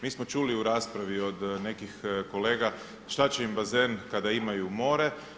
Mi smo čuli u raspravi od nekih kolega šta će im bazen kada imaj more.